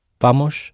Vamos